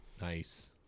nice